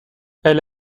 elle